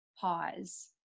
pause